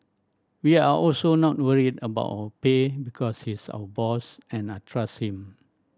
we are also not worried about pay because he's our boss and I trust him